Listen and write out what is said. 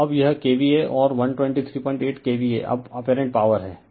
तो अब यह KVA और 1238KVA अब अप्परेंट पॉवर है